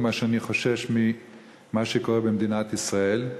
ממה שאני חושש ממה שקורה במדינת ישראל,